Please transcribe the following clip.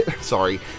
Sorry